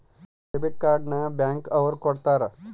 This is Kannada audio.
ಡೆಬಿಟ್ ಕಾರ್ಡ್ ನ ಬ್ಯಾಂಕ್ ಅವ್ರು ಕೊಡ್ತಾರ